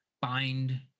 bind